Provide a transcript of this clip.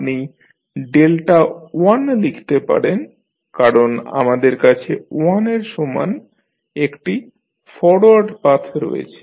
আপনি ডেল্টা 1 লিখতে পারেন কারণ আমাদের কাছে 1 এর সমান একটি ফরোয়ার্ড পাথ রয়েছে